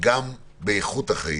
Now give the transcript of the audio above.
וגם באיכות החיים,